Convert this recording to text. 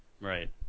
Right